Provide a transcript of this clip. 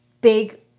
big